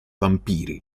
vampiri